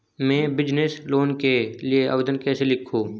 मैं business loan के लिए आवेदन कैसे लिखूँ?